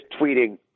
tweeting